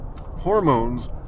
hormones